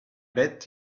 bet